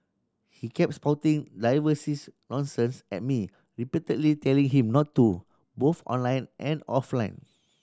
he kept spouting nonsense and me repeatedly telling him not to both online and offline